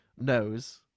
knows